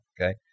Okay